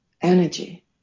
energy